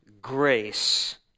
grace